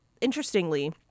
interestingly